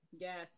Yes